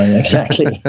exactly.